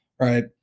Right